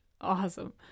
awesome